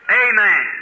amen